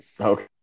Okay